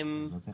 זה המצב.